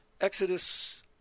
exodus